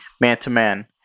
Man-to-man